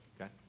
okay